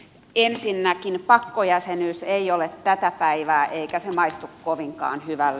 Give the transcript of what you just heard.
ensinnäkin pakkojäsenyys ei ole tätä päivää eikä se maistu kovinkaan hyvälle